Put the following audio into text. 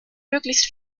möglichst